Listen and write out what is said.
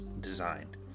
designed